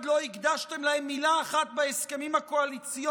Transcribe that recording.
לא הקדשתם להם מילה אחת בהסכמים הקואליציוניים,